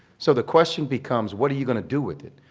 so the question becomes what are you going to do with it?